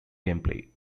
gameplay